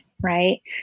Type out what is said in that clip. right